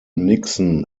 nixon